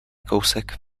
kousek